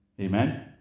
Amen